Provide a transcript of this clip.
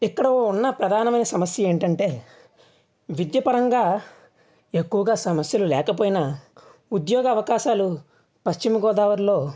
ఇక్కడ ఉన్న ప్రధానమైన సమస్య ఏంటంటే విద్య పరంగా ఎక్కువగా సమస్యలు లేకపోయినా ఉద్యోగ అవకాశాలు పశ్చిమ గోదావరిలో